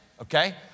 okay